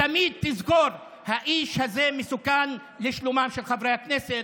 תמיד תזכור: האיש הזה מסוכן לשלומם של חברי הכנסת,